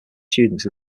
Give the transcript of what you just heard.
students